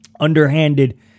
underhanded